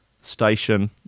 station